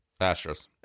Astros